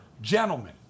Gentlemen